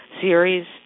Series